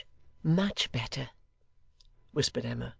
much better whispered emma.